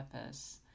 purpose